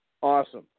Awesome